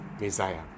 Messiah